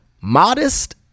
Modest